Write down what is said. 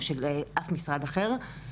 או של אף משרד אחר.